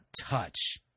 touch